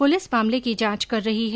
police मामले की जांच कर रही है